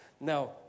Now